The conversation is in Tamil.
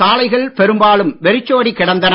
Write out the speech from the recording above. சாலைகள் பெரும்பாலும் வெறிச்சோடிக் கிடந்தன